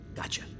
Gotcha